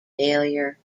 failure